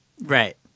Right